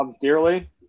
dearly